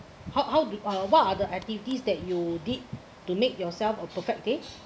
how how d~ what are other activities that you did to make yourself a perfect days